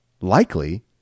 likely